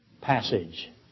passage